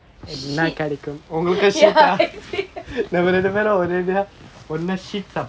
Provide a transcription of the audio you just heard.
shit ya